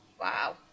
Wow